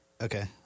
Okay